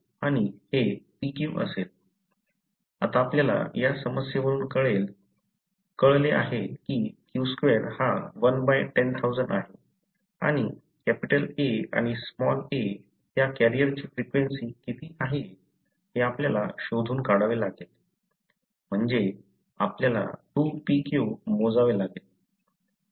आता आपल्याला या समस्येवरून कळले आहे की q2 हा 1 बाय 10000 आहे आणि कॅपिटल "A" आणि लहान "a" या कॅरियरची फ्रिक्वेंसी किती आहे हे आपल्याला शोधून काढावे लागेल म्हणजे आपल्याला 2pq मोजावे लागेल